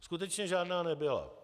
Skutečně žádná nebyla.